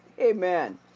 Amen